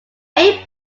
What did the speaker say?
eight